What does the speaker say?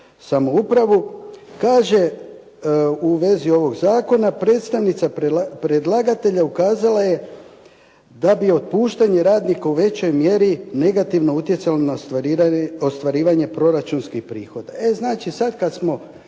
samoupravu kaže u vezi ovog zakona, predstavnica predlagatelja ukazala je da bi otpuštanje radnika u većoj mjeri negativno utjecalo na ostvarivanje proračunskih prihoda. E znači sad kad smo